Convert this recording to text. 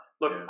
Look